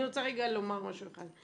אני רוצה רגע לומר משהו אחד.